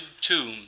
tomb